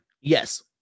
Yes